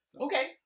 Okay